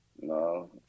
No